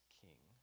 king